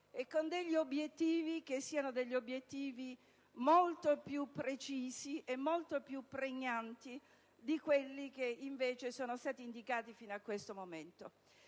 e con degli obiettivi che siano molto più precisi e pregnanti di quelli che invece sono stati indicati fino a questo momento.